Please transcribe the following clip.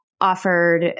offered